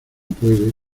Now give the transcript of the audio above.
puede